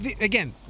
Again